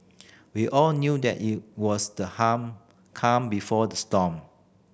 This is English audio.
we all knew that it was the harm calm before the storm